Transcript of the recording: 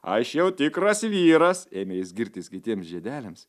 aš jau tikras vyras ėmė jis girtis kitiems žiedeliams